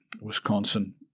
Wisconsin